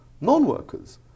non-workers